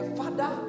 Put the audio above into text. father